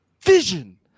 vision